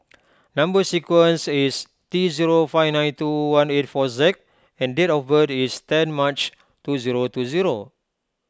Number Sequence is T zero five nine two one eight four Z and date of birth is ten March two zero two zero